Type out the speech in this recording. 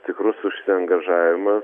stiprus užsiangažavimas